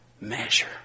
measure